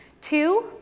Two